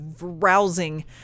rousing